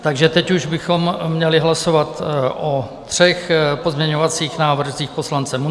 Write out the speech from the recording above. Takže teď už bychom měli hlasovat o třech pozměňovacích návrzích poslance Munzara.